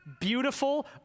beautiful